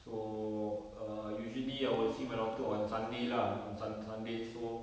so err usually I will see my daughter on sunday lah on sun~ sunday so